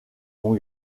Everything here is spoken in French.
mon